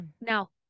Now